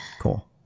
Cool